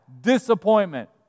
disappointment